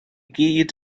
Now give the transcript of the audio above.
gyd